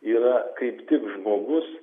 yra kaip tik žmogus